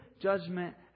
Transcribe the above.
judgment